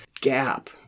Gap